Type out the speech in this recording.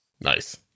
Nice